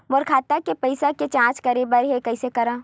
मोर खाता के पईसा के जांच करे बर हे, कइसे करंव?